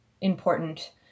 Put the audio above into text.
important